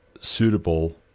suitable